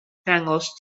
ddangos